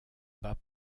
bat